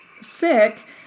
sick